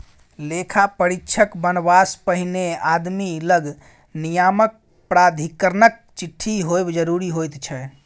लेखा परीक्षक बनबासँ पहिने आदमी लग नियामक प्राधिकरणक चिट्ठी होएब जरूरी होइत छै